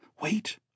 Wait